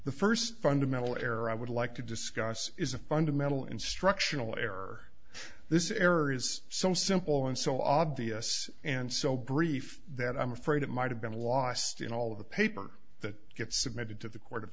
the first fundamental error i would like to discuss is a fundamental instructional error this is errors so simple and so obvious and so brief that i'm afraid it might have been lost in all of the paper that gets submitted to the court of